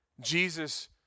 Jesus